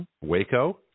Waco